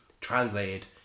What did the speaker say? translated